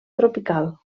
tropical